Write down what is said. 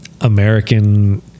American